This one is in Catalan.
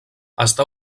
està